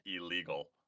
illegal